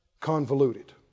Convoluted